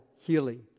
healing